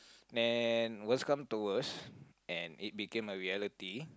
and worse come to worse and it became a reality